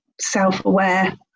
self-aware